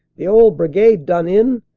the old brigade done in?